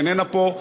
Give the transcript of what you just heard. שאיננה פה,